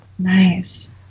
Nice